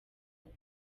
wabo